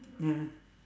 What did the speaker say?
ya